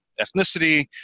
ethnicity